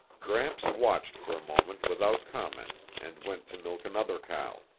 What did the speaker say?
gramps watched for a moment without comment and went to milk another cow.